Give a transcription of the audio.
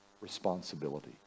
responsibility